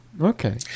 okay